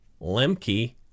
Lemke-